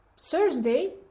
Thursday